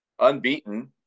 unbeaten